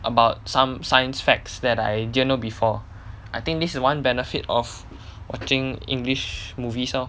about some science facts that I didn't know before I think this is one benefit of watching english movies lor